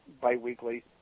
bi-weekly